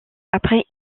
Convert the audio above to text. après